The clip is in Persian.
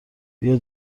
بیا